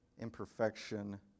imperfection